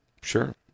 Sure